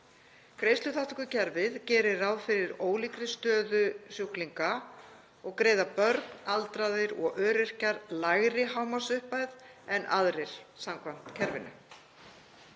Greiðsluþátttökukerfið gerir ráð fyrir ólíkri stöðu sjúklinga og greiða börn, aldraðir og öryrkjar lægri hámarksupphæð en aðrir samkvæmt kerfinu.